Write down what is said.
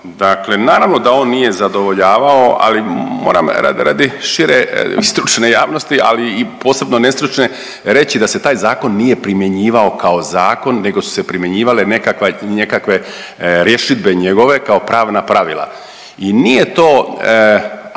Dakle naravno da on nije zadovoljavao, ali moram radi, radi šire stručne javnosti, ali i posebno nestručne reći da se taj zakon nije primjenjivao kao zakon nego su se primjenjivale nekakva, nekakve rješidbe njegove kao pravna pravila i nije to